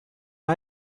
and